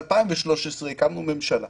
מאחר שאנחנו טיפה מתקדמים אני רוצה